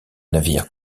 navire